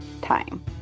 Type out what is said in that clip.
time